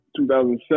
2007